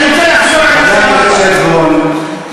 אני מודה לך מאוד,